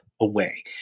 away